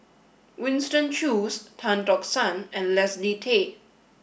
Winston Choos Tan Tock San and Leslie Tay